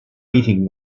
eating